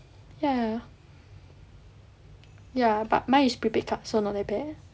ya ya but mine is prepaid cards cause not that bad